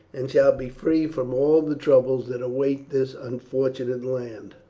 and shall be free from all the troubles that await this unfortunate land.